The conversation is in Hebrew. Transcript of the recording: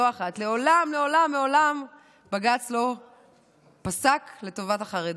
לא אחת: מעולם מעולם מעולם בג"ץ לא פסק לטובת החרדים.